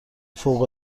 فوق